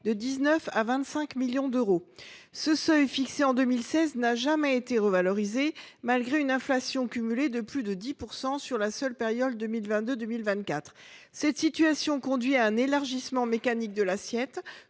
d’euros à 25 millions d’euros. Ce seuil, fixé en 2016, n’a jamais été revalorisé, malgré une inflation cumulée de plus de 10 % sur la seule période 2022 2024. Cette situation conduit à un élargissement mécanique de l’assiette,